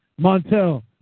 Montel